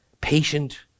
patient